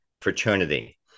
fraternity